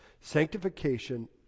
Sanctification